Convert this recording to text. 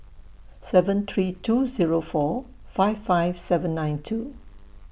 seven three two Zero four five five seven nine two